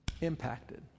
impacted